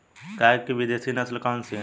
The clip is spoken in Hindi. गाय की विदेशी नस्ल कौन सी है?